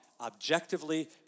objectively